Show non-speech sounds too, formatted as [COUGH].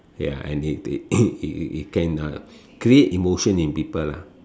ya and it it [COUGHS] it it uh can create emotion in people lah